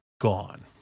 gone